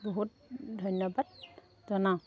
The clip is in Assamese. বহুত ধন্যবাদ জনাওঁ